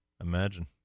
Imagine